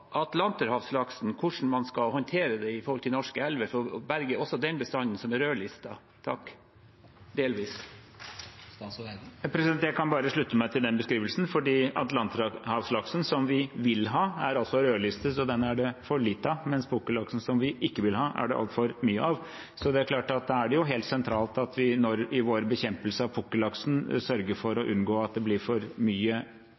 hvordan man skal håndtere den med tanke på norske elver for å berge også den bestanden, som er rødlistet – delvis. Jeg kan bare slutte meg til den beskrivelsen, for atlanterhavslaksen – som vi vil ha – er altså rødlistet, så den er det for lite av, mens pukkellaksen, som vi ikke vil ha, er det altfor mye av. Så da er det helt sentralt at vi i vår bekjempelse av pukkellaksen sørger for å unngå at det blir for mye